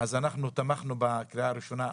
אנחנו תמכנו בקריאה הראשונה.